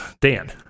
dan